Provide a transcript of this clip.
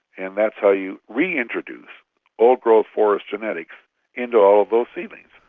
and that's how you reintroduce old-growth forest genetics into all of those seedlings.